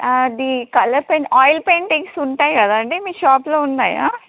అది colour paint oil paintings ఉంటాయి కదండీ మీ షాప్లో ఉన్నాయా